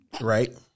right